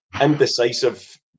indecisive